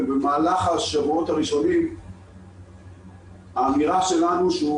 ובמהלך השבועות הראשונים האמירה שלנו,